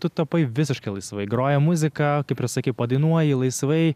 tu tapai visiškai laisvai groja muzika kaip ir sakei padainuoji laisvai